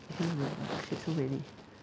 market so many